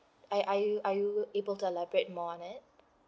are are you are you able to elaborate more on it